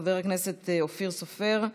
של חבר הכנסת אופיר סופר.